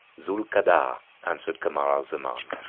zu'l ka'adah, answered kamar al-zaman,